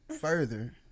further